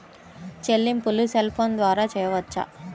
చెల్లింపులు cell phone ద్వారా చేయవచ్చా?